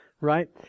right